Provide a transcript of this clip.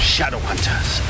Shadowhunters